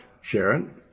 Sharon